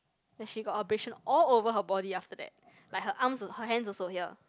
then she got abrasion all over her body after that like her arms also her hands also here